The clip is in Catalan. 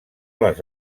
les